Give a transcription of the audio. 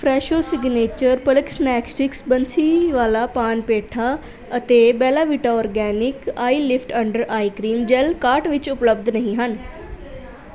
Fresho signature palak snack sticks Bansi wala paan petha ਅਤੇ Bella Vita organic eyelift under eye cream gel cart ਵਿੱਚ ਉਪਲੱਬਧ ਨਹੀਂ ਹਨ